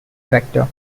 vector